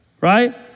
right